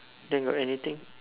then got anything